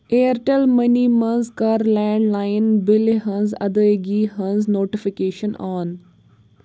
Airtel money منٛز کَر landline بِلہِ ہٕنٛز ادٲیگی ہٕنٛز نوٹفکیشن آن